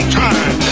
time